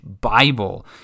bible